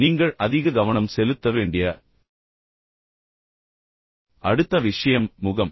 நீங்கள் அதிக கவனம் செலுத்த வேண்டிய அடுத்த விஷயம் முகம்